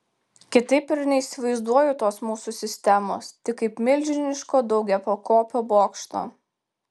kitaip ir neįsivaizduoju tos mūsų sistemos tik kaip milžiniško daugiapakopio bokšto